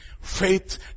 Faith